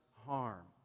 harm